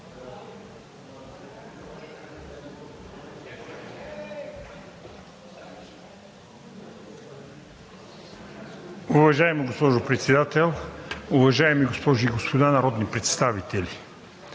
Уважаема госпожо Председател, уважаеми колеги, госпожи и господа народни представители!